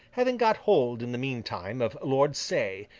having got hold in the meantime of lord say,